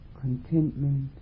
contentment